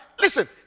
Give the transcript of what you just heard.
listen